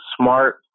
smart